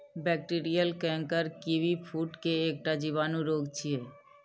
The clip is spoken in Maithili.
बैक्टीरियल कैंकर कीवीफ्रूट के एकटा जीवाणु रोग छियै